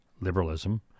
liberalism